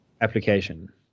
application